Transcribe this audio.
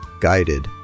guided